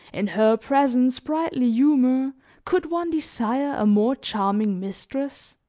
in her present sprightly humor could one desire a more charming mistress?